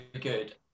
good